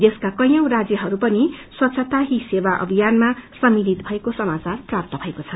देशक्म कैवौं राजयहरू पनि स्वच्छता ही सेवा अभियानमा सम्मिलित भएको समाचार प्राप्त भएको छ